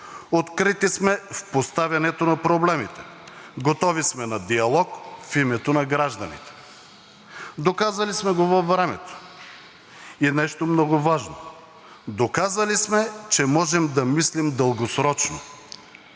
открити сме в поставянето на проблемите, готови сме на диалог в името на гражданите. Доказали сме го във времето и нещо много важно – доказали сме, че можем да мислим дългосрочно.